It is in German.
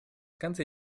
ganze